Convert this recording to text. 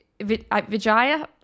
Vijaya